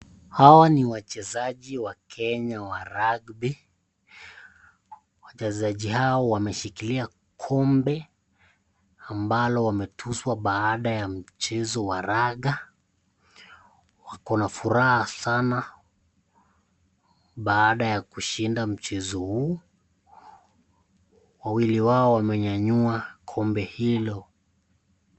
Hawa ni wachezaji wa Kenya wa rugby, wachezaji hawa wameshikilia kombe ambalo wametunzwa baada wa mchezo wa raga, wako na furaha sana baada ya kushinda mchezo huu, wawili wao wamenyanyua kombe hilo.